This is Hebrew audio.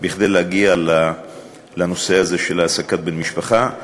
כדי להגיע לנושא הזה של העסקת בן-משפחה.